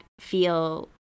feel